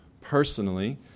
personally